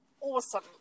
awesome